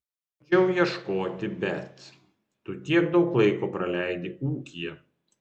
bandžiau ieškoti bet tu tiek daug laiko praleidi ūkyje